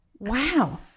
Wow